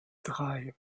drei